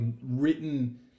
written